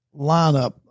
lineup